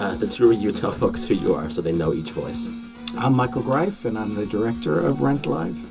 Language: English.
ah the two of you, tell folks who you are, so they know each voice i'm michael greif, and i'm the director of rent live.